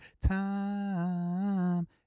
time